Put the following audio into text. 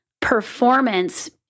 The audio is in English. performance